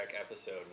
episode